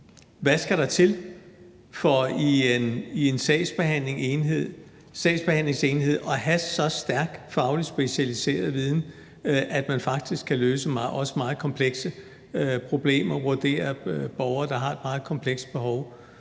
Hvad skal der til for i en sagsbehandlingsenhed at have så stærk fagligt specialiseret viden, at man faktisk kan løse også meget komplekse problemer, altså hvor det er borgere, der har et meget komplekst behov?